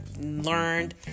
learned